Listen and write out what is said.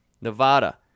Nevada